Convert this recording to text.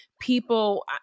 people